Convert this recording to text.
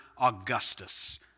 Augustus